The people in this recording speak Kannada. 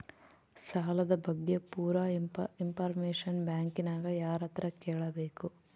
ಸಾಲದ ಬಗ್ಗೆ ಪೂರ ಇಂಫಾರ್ಮೇಷನ ಬ್ಯಾಂಕಿನ್ಯಾಗ ಯಾರತ್ರ ಕೇಳಬೇಕು?